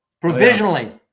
provisionally